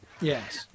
yes